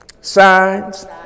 signs